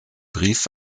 brief